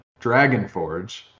Dragonforge